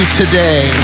today